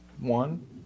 One